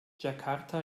jakarta